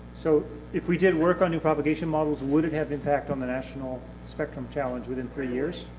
so if we did work on new propagation models, would it have impact on the national spectrum challenge within three years?